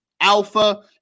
Alpha